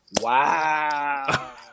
wow